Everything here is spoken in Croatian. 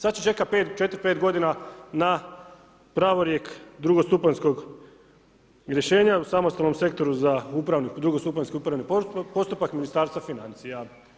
Sada će čekati 4-5 g. na pravorijek drugostupanjskog rješenja u samostalnom sektoru za drugostupanjsko upravni postupak Ministarstva financija.